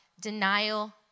denial